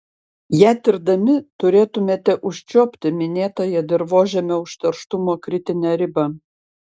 ją tirdami turėtumėme užčiuopti minėtąją dirvožemio užterštumo kritinę ribą